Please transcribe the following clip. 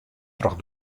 troch